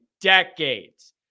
Decades